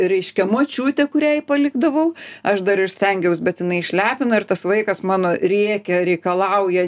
reiškia močiutė kuriai palikdavau aš dar ir stengiaus bet jinai išlepino ir tas vaikas mano rėkia reikalauja